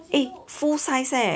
eh full size leh